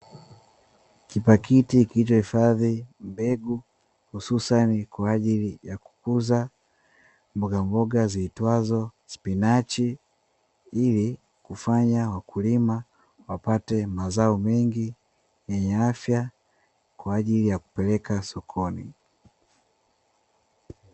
Pakiti iliyohifadhi mbegu hususani kwa ajili ya kukuza mbogamboga ziitwazo spinachi ili kufanya wakulima wapate mazao mengi yenye afya kwa ajili ya kupeleka sokoni.